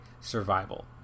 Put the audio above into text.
survival